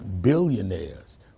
billionaires